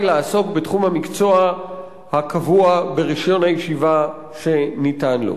לעסוק בתחום המקצוע הקבוע ברשיון הישיבה שניתן לו.